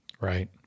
Right